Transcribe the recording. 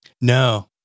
No